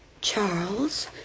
Charles